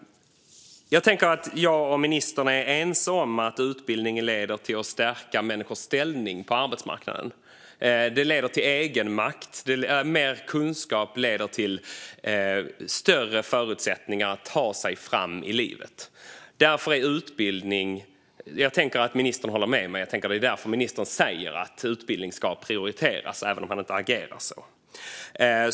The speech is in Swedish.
Jag och ministern är nog ense om att utbildning leder till att människors ställning på arbetsmarknaden stärks. Det leder till egenmakt. Mer kunskap leder till bättre förutsättningar att ta sig fram i livet. Jag tänker att ministern håller med mig och att det är därför ministern säger att utbildning ska prioriteras även om han inte agerar så.